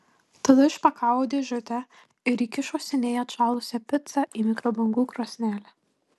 tada išpakavo dėžutę ir įkišo seniai atšalusią picą į mikrobangų krosnelę